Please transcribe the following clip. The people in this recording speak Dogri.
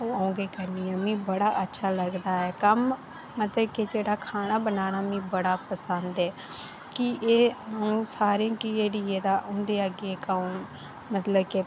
ओह् अऊं गै करनी आं मिं बड़ा अच्छा लगदा ऐ कम्म मतलब कि जेह्ड़ा खाना बनाना मि बड़ा पसंद ऐ कि एह् सारें गी जेह्ड़ी ऐ तां उंदे अग्गै